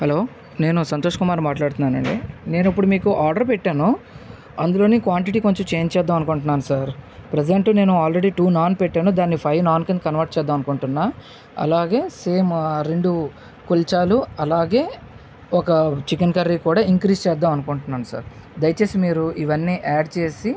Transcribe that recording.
hello నేను సంతోష్ కుమార్ని మాట్లాడుతున్నానండి నేను ఇప్పుడు మీకు ఆర్డర్ పెట్టాను అందులోని క్వాంటిటీ కొంచెం చేంజ్ చేద్దామనుకుంటున్నాను సార్ ప్రెజెంట్ నేను ఆల్రెడీ టూ నాన్ పెట్టాను దానిని ఫైవ్ నాన్ కింద కన్వెర్ట్ చేద్దామనుకుంటున్నా అలాగే సేమ్ రెండు కుల్చాలు అలాగే ఒక చికెన్ కర్రీ కూడా ఇంక్రీస్ చేద్దమనుకుంటున్నాను సార్ దయచేసి మీరు ఇవన్నీ యాడ్ చేసి